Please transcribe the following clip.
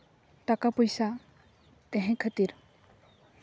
ᱴᱟᱠᱟ ᱯᱚᱭᱥᱟ ᱛᱟᱦᱮᱸ ᱠᱷᱟᱹᱛᱤᱨ